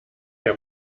herr